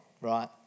Right